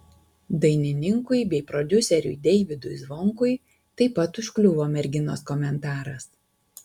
dainininkui bei prodiuseriui deivydui zvonkui taip pat užkliuvo merginos komentaras